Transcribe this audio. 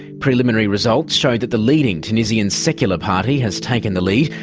preliminary results show that the leading tunisian secular party has taken the lead,